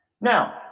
Now